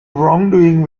wrongdoing